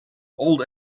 old